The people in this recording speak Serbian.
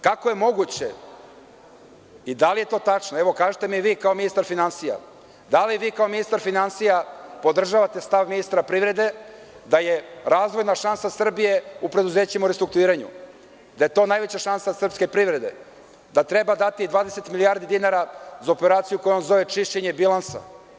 Kako je moguće i da li je to tačno, kažite mi vi kao ministar finansija, da li vi podržavate stav ministra privrede da je razvojna šansa Srbije u preduzećima u restrukturiranju, da je to najveća šansa srpske privrede, da treba dati 20 milijardi dinara za operaciju koju on zove čišćenje bilansa?